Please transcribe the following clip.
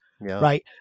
Right